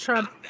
Trump